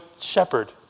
shepherd